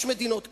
יש מדינות כאלה.